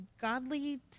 godly